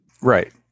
Right